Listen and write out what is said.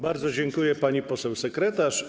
Bardzo dziękuję, pani poseł sekretarz.